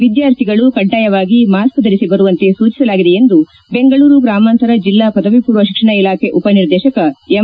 ವಿದ್ಯಾರ್ಥಿಗಳು ಕಡ್ಡಾಯವಾಗಿ ಮಾಸ್ಗೆ ಧರಿಸಿ ಬರುವಂತೆ ಸೂಚಿಸಲಾಗಿದೆ ಎಂದು ಬೆಂಗಳೂರು ಗ್ರಾಮಾಂತರ ಜಿಲ್ಲಾ ಪದವಿ ಪೂರ್ವ ಶಿಕ್ಷಣ ಇಲಾಖೆ ಉಪನಿರ್ದೇಶಕ ಎಂ